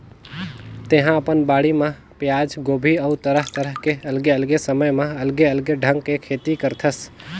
तेहा अपन बाड़ी म पियाज, गोभी अउ तरह तरह के अलगे अलगे समय म अलगे अलगे ढंग के खेती करथस